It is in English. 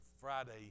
Friday